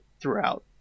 throughout